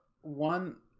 one